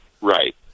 Right